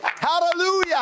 Hallelujah